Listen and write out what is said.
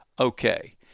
Okay